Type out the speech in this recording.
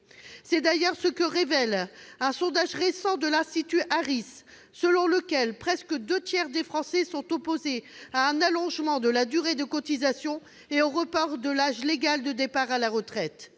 C'est d'ailleurs ce que révèle un sondage récent de l'institut Harris, selon lequel presque deux tiers de nos concitoyens sont opposés à un allongement de la durée de cotisation et au report de l'âge légal de départ à la retraite.